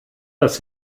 das